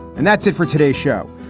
and that's it for today show,